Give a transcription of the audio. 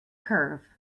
curve